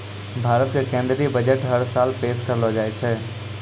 भारत के केन्द्रीय बजट हर साले पेश करलो जाय छै